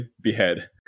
behead